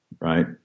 right